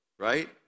Right